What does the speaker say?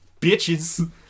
bitches